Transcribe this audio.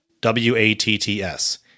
W-A-T-T-S